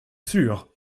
sûre